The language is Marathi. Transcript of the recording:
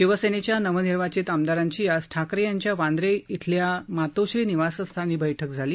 शिवसेनेच्या नवनिर्वाचित आमदारांची आज ठाकरे यांच्या वांद्रे इथल्या मातोश्री निवासस्थानी बैठक झाली